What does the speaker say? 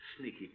Sneaky